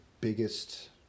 biggest